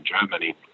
Germany